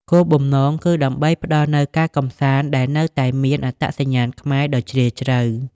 គោលបំណងគឺដើម្បីផ្តល់នូវការកម្សាន្តដែលនៅតែមាន អត្តសញ្ញាណខ្មែរ ដ៏ជ្រាលជ្រៅ។